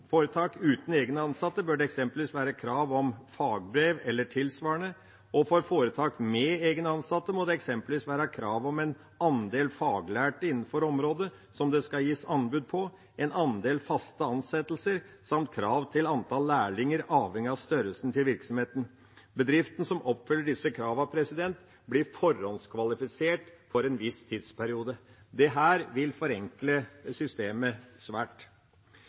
egne ansatte må det eksempelvis være krav om en andel faglærte innenfor området som det skal gis anbud på, en andel faste ansettelser samt krav til antall lærlinger, avhengig av størrelsen på virksomheten. Bedrifter som oppfyller disse kravene, blir forhåndskvalifisert for en viss tidsperiode. Dette vil forenkle systemet svært